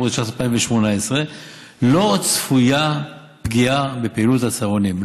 לשנת 2018. לא צפויה פגיעה בפעילות הצהרונים.